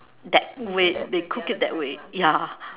that way they cook it that way ya